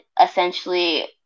essentially